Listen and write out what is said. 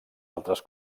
altres